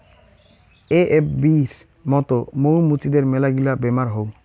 এ.এফ.বির মত মৌ মুচিদের মেলাগিলা বেমার হউ